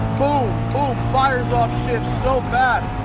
boom, boom, fires off shifts so fast.